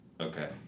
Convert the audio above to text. Okay